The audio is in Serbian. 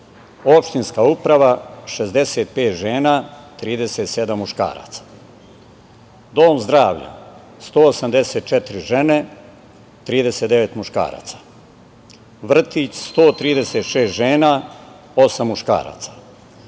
opštinska uprava - 65 žena, 37 muškaraca; Dom zdravlja - 184 žene, 39 muškaraca; vrtić - 136 žena, osam muškaraca;